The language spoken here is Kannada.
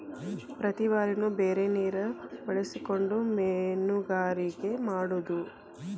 ಪ್ರತಿ ಬಾರಿನು ಬೇರೆ ನೇರ ಬಳಸಕೊಂಡ ಮೇನುಗಾರಿಕೆ ಮಾಡುದು